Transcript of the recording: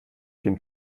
gehen